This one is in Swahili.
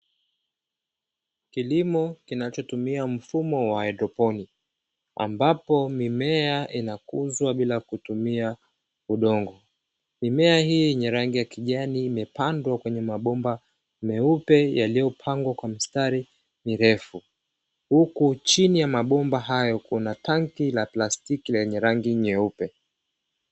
Kilimo kinachotumia mfumo wa haidroponi ambapo mimea inakuzwa bila kutumia udongo, mimea hii yenye rangi ya kijani imepandwa kwenye mabomba meupe yaliyopangwa kwa mistari mirefu, huku chini ya mabomba hayo kuna tanki la pastiki lenye rangi nyeupe.